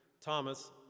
Thomas